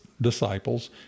disciples